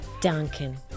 Duncan